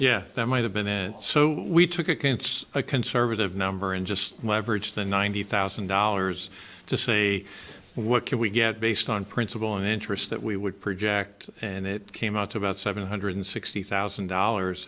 yeah that might have been it so we took against a conservative number and just leverage the ninety thousand dollars to say what can we get based on principle interest that we would project and it came out to about seven hundred sixty thousand dollars